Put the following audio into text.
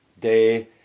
day